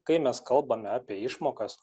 kai mes kalbame apie išmokas